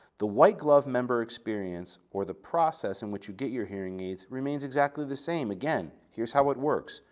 the white glove member experience, or the process in which you get your hearing aids, remains exactly the same, again, here's how it works.